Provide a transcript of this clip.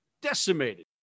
decimated